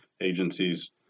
agencies